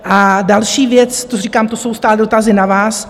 A další věc, co říkám, to jsou stát dotazy na vás.